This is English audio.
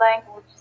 language